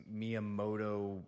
Miyamoto